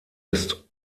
ist